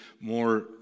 more